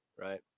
Right